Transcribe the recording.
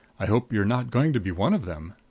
i hope you're not going to be one of them.